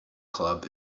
club